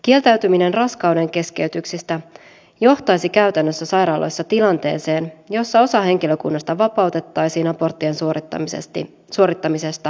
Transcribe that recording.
kieltäytyminen raskaudenkeskeytyksistä johtaisi käytännössä sairaaloissa tilanteeseen jossa osa henkilökunnasta vapautettaisiin aborttien suorittamisesta ja osa ei